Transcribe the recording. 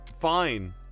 fine